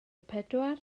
pedwar